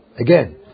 again